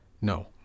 No